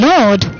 Lord